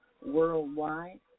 worldwide